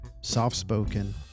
soft-spoken